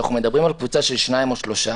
כשאנחנו מדברים על קבוצה של שניים או שלושה